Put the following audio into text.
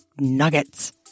nuggets